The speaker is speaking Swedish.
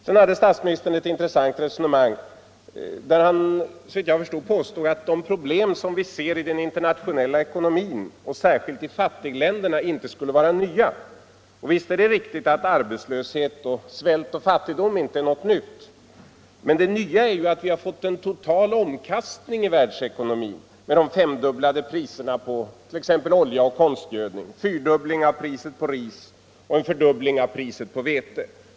Sedan förde statsministern ett intressant resonemang där han, såvitt jag förstår, påstod att de problem som vi ser i den internationella ekonomin — särskilt i fattigländerna — inte skulle vara nya. Visst är det riktigt att arbetslöshet, svält och fattigdom inte är någonting nytt. Det nya är att vi har fått en total omkastning i världsekonomin med de femdubblade priserna på t.ex. olja och konstgödning, fyrdubbling av priset på ris och en fördubbling av priset på vete.